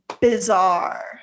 bizarre